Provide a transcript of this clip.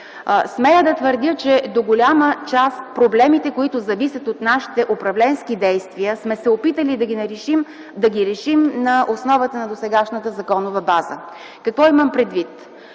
Смея да твърдя, че до голяма част проблемите, които зависят от нашите управленски действия, сме се опитали да ги решим на основата на досегашната законова база. Какво имам предвид?